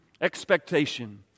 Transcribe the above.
Expectation